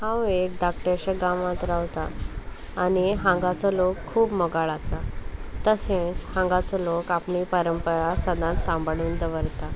हांव एक धाकट्याच्या गांवांत रावतां आनी हांगाचो लोक खूब मोगाळ आसा तशेंच हांगाचो लोक आपली परंपरा सदांच सांबाळून दवरता